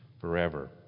forever